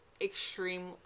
extreme